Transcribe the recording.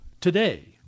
today